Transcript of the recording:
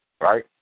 right